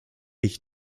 ich